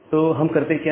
तो हम करते क्या हैं